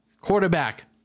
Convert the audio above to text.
quarterback